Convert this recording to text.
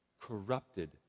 corrupted